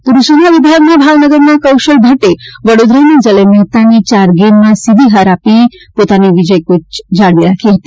પુરૂષોના વિભાગમાં ભાવનગરના કૌશલ ભટ્ટે વડોદરાના જલય મહેતાને ચાર ગેઇમમાં સીધી હાર આપી પોતાની વિજયી કૂચ જાળવી રાખી હતી